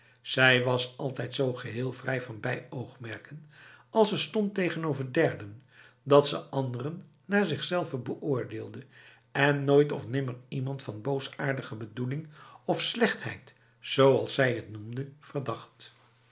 zij was altijd zo geheel vrij van bijoogmerken als ze stond tegenover derden dat ze anderen naar zichzelve beoordeelde en nooit of nimmer iemand van boosaardige bedoeling of slechtheid zoals zij het noemde verdacht